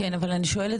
אני שואלת